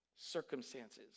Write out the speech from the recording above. circumstances